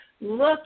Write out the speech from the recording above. look